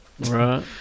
Right